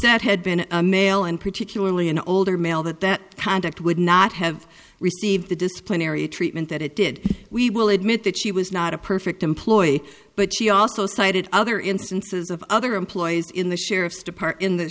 doucette had been a male and particularly an older male that that conduct would not have received the disciplinary treatment that it did we will admit that she was not a perfect employee but she also cited other instances of other employees in the sheriff's department in the